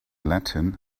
latin